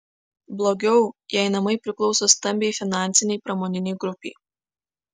blogiau jei namai priklauso stambiai finansinei pramoninei grupei